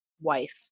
wife